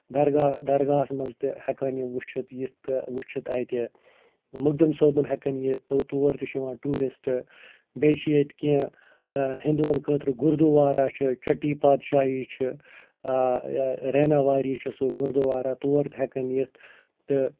درگاہ درگاہس منٛز تہِ ہٮ۪کان یِم وُچھِتھ یِتھ تہٕ وُچھِتھ اَتہِ مۅخدم صٲبُن ہٮ۪کن یِتھ توٚت تور تہِ چھِ یِوان ٹیٛوٗرسٹہِ تہٕ بیٚیہِ چھِ ییٚتہِ کیٚنٛہہ ہِندوٗوَن خٲطرٕ گُردُوارا چھِ چٹی پادشاہی چھِ یا ریناواری چھُ سُہ گُردُوارا تور تہِ ہٮ۪کن یِتھ تہٕ